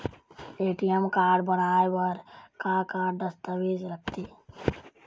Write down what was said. ATM card बनवाए बर का का दस्तावेज लगथे?